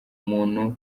umuntu